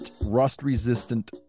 Rust-Resistant